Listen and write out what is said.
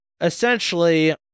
essentially